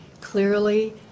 clearly